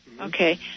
Okay